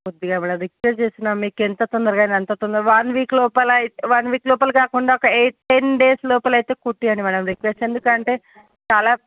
కొద్దిగా madam request చేస్తున్నా మీకు ఎంత తొందరగా అయిన అంతా తొందరగా వన్ వీక్ లోపల అయితే వన్ వీక్ లోపల కాకుండా ఒక ఎయిట్ టెన్ డేస్ లోపల అయితే కుట్టివవండి మ్యాడం రిక్వస్ట్ ఎందుకు అంటే చాలా